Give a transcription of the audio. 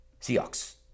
Seahawks